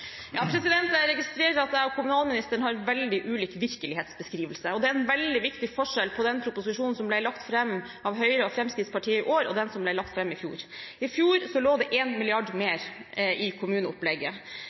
Jeg registrerer at jeg og kommunalministeren har veldig ulike virkelighetsbeskrivelser. Det er en veldig viktig forskjell på den proposisjonen som ble lagt fram av Høyre og Fremskrittspartiet i år, og den som ble lagt fram i fjor. I fjor lå det